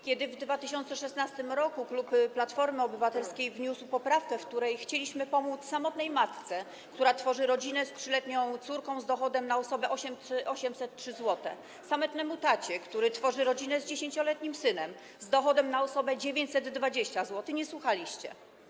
Kiedy w 2016 r. klub Platformy Obywatelskiej wniósł poprawkę, w której chcieliśmy pomóc samotnej matce, która tworzy rodzinę z 3-letnią córką z dochodem na osobę 803 zł, samotnemu tacie, który tworzy rodzinę z 10-letnim synem z dochodem na osobę 920 zł - nie słuchaliście.